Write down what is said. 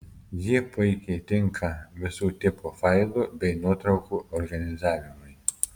ji puikiai tinka visų tipų failų bei nuotraukų organizavimui